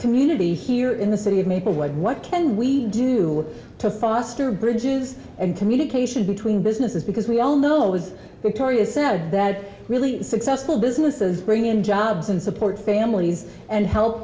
community here in the city of maplewood what can we do to foster bridges and communication between businesses because we all know was toria said that really successful businesses bring in jobs and support families and help